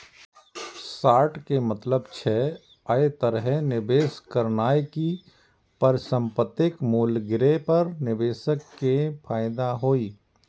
short के मतलब छै, अय तरहे निवेश करनाय कि परिसंपत्तिक मूल्य गिरे पर निवेशक कें फायदा होइ